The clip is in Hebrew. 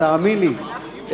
תאמין לי,